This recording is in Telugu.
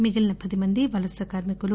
మిగిలీన పది మంది వలస కార్మికులు